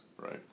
Right